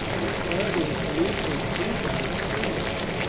its clarity is believed to exceed that of spring water.